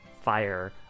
fire